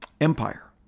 empire